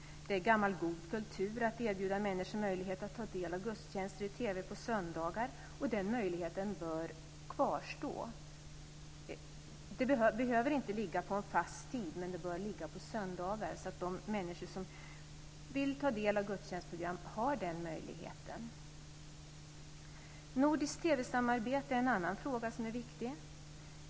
Det är gammal god kultur att erbjuda människor möjlighet att ta del av gudstjänster i TV på söndagar, och den möjligheten bör kvarstå. De behöver inte ligga på en fast tid, men de bör ligga på söndagar så att de människor som vill ta del av gudstjänstprogram har den möjligheten. Nordiskt TV-samarbete är en annan fråga som är viktig.